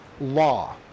law